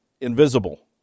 invisible